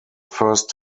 first